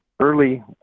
early